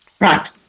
Right